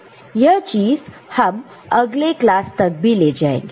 यह चीज अगले क्लास तक भी लिया जाएगा